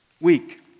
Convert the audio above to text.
week